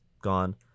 gone